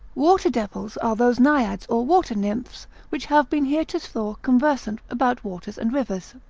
water-devils are those naiads or water nymphs which have been heretofore conversant about waters and rivers.